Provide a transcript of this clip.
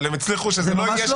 אבל הם הצליחו שזה לא יהיה שכך.